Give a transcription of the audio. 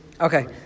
Okay